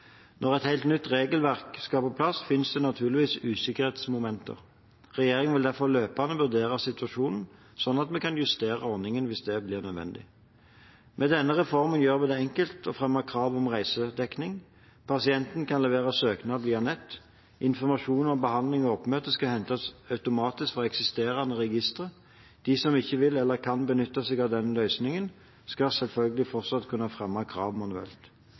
Når et helt nytt regelverk skal på plass, finnes det naturligvis usikkerhetsmomenter. Regjeringen vil derfor løpende vurdere situasjonen, slik at vi kan justere ordningen hvis det blir nødvendig. Med denne reformen gjør vi det enkelt å fremme krav om reisedekning. Pasientene kan levere søknaden via nettet. Informasjon om behandling og oppmøte skal hentes automatisk fra eksisterende registre. De som ikke vil eller kan benytte seg av denne løsningen, skal selvfølgelig fortsatt kunne fremme krav manuelt.